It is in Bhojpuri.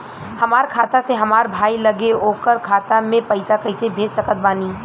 हमार खाता से हमार भाई लगे ओकर खाता मे पईसा कईसे भेज सकत बानी?